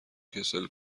کسل